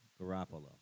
Garoppolo